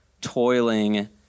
toiling